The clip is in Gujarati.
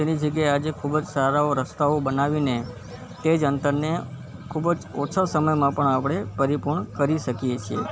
તેની જગ્યાએ આજે ખૂબ જ સારાઓ રસ્તાઓ બનાવીને તે જ અંતરને ખૂબ જ ઓછા સમયમાં આપણે પરિપૂર્ણ કરી શકીએ છીએ